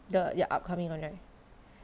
the the upcoming one right